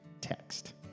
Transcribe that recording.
text